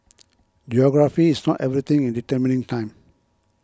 geography is not everything in determining time